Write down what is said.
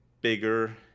bigger